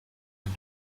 est